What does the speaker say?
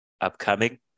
upcoming